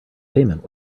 payment